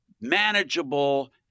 manageable